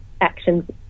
actions